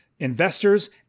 investors